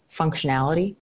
functionality